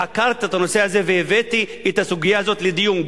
חקרתי את הנושא הזה והבאתי את הסוגיה הזאת לדיון,